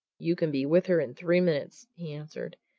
you can be with her in three minutes, he answered,